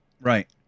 Right